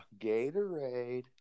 Gatorade